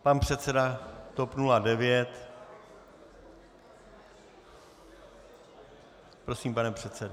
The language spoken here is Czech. Pan předseda TOP 09. Prosím, pane předsedo.